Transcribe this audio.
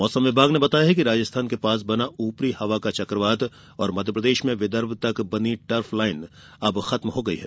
मौसम विभाग ने बताया है कि राजस्थान के पास बना ऊपरी हवाका चकवात और मध्यप्रदेश से विधर्ब तक बनी ट्रफ लाइन खत्म हो गई है